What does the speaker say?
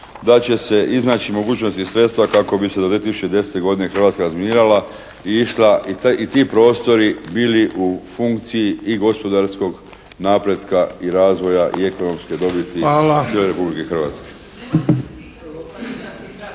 da će se iznaći mogućnost i sredstva kako bi se do 2010. godine Hrvatska razminirala i išla i ti prostori bili u funkciji i gospodarskog napretka i razvoja, i ekonomske dobiti širom Republike Hrvatske.